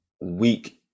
weak